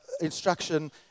instruction